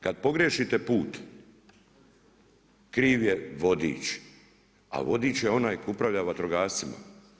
Kad pogriješite put kriv je vodič, a vodič je onaj tko upravlja vatrogascima.